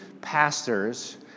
pastors